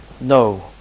no